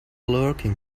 lurking